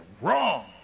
wrong